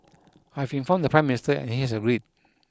I have informed the Prime Minister and he has agreed